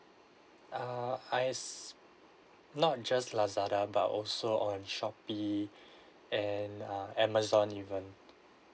err I s~ not just Lazada but also on Shopee and uh Amazon even